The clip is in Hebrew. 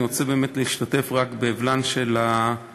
אני רוצה באמת להשתתף באבלן של המשפחות,